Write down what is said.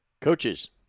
Coaches